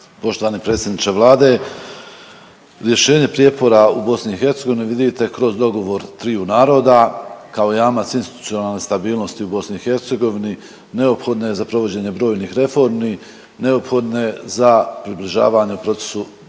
poštovani predsjedniče Vlade rješenje prijepora u BiH vidite kroz dogovor triju naroda kao jamac institucionalne stabilnosti u BiH neophodna je za provođenje brojnih reformi, neophodna je za približavanje procesu,